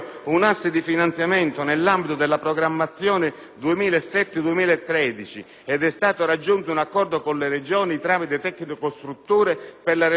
2007-2013 ed è stato raggiunto un accordo con le Regioni tramite Tecnostrutture per la realizzazione del progetto". Ma cosa ci sta annunciando?